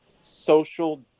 social